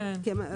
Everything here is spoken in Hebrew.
כן.